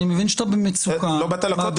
אני מבין שאתה במצוקה מהביקורת.